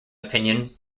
opinion